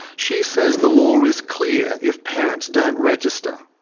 she says the law is clear if parents don't register.